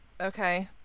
Okay